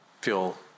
fuel